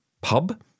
pub